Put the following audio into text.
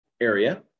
area